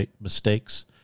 Mistakes